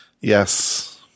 yes